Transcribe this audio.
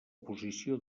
posició